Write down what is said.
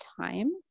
time